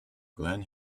glen